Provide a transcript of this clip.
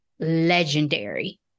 legendary